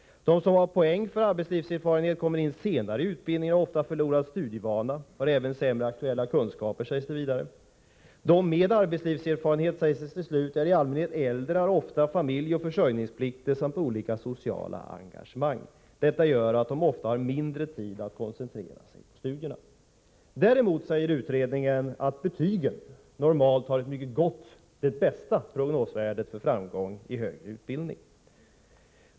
De som har poäng för arbetslivserfarenhet kommer in senare i utbildningen och har ofta förlorat studievana och har även sämre aktuella kunskaper, sägs det vidare. De med arbetslivserfarenhet, konstateras det till slut, är i allmänhet äldre, har ofta familj och försörjningsplikter samt olika sociala engagemang. Detta gör att de ofta har mindre tid att koncentrera sig på studierna. Däremot säger utredningen att betygen normalt har det bästa prognosvärdet för framgång i högre utbildning.